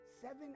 seven